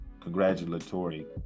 congratulatory